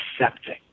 accepting